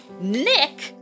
Nick